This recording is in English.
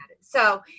So-